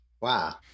Wow